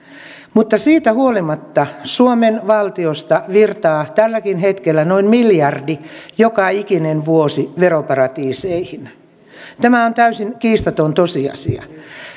mutta siitä huolimatta suomen valtiosta virtaa tälläkin hetkellä noin miljardi joka ikinen vuosi veroparatiiseihin tämä on täysin kiistaton tosiasia